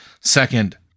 second